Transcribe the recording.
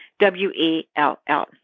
w-e-l-l